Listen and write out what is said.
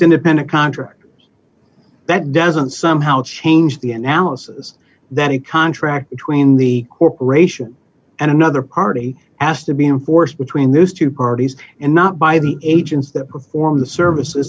independent contractors that doesn't somehow change the analysis that a contract between the corporation and another party asked to be in force between those two parties and not by the agents that perform the service